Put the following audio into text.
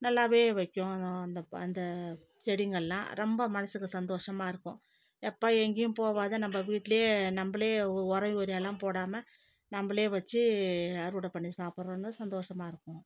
நல்லாவே வைக்கும் அந்த அந்த செடிங்களெலாம் ரொம்ப மனசுக்கு சந்தோஷமாக இருக்கும் எப்பா எங்கேயும் போவாத நம்ம வீட்டுலே நம்மளே உரம் யூரியாலாம் போடாமல் நம்மளே வச்சு அறுவடை பண்ணி சாப்புடுறோன்னு சந்தோஷமாக இருக்கும்